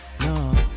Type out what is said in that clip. No